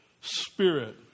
spirit